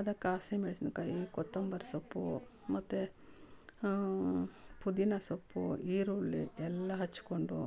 ಅದಕ್ಕೆ ಹಸಿ ಮೆಣ್ಶಿನ ಕಾಯಿ ಕೊತ್ತಂಬರಿ ಸೊಪ್ಪು ಮತ್ತು ಪುದೀನ ಸೊಪ್ಪು ಈರುಳ್ಳಿ ಎಲ್ಲ ಹೆಚ್ಕೊಂಡು